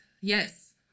Yes